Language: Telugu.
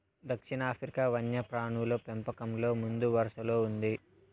దక్షిణాఫ్రికా వన్యప్రాణుల పెంపకంలో ముందువరసలో ఉంది